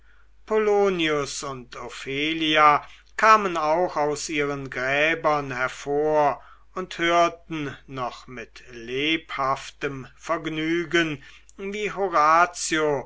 polonius und ophelia kamen auch aus ihren gräbern hervor und hörten noch mit lebhaftem vergnügen wie horatio